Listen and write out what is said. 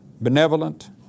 benevolent